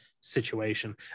situation